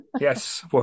Yes